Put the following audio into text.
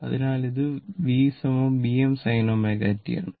അതിനാൽ ഇത് V Vm sin ω t ആണ്